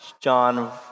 John